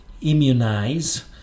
immunize